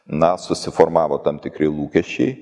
na susiformavo tam tikri lūkesčiai